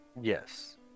Yes